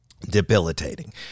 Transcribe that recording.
debilitating